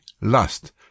lust